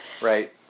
Right